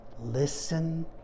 Listen